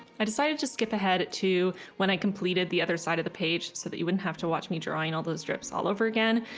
i decided to skip ahead to when i completed the other side of the page so that you wouldn't have to watch me drawing all those drips all over again.